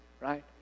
right